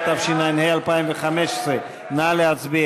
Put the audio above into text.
אפשר לתת הודעה אישית לשני חברי כנסת.